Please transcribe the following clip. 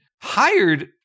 hired